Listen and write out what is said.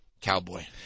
cowboy